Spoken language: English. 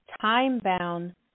time-bound